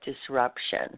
disruption